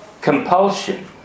compulsion